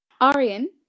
Arian